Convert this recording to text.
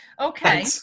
Okay